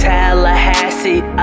Tallahassee